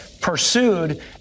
pursued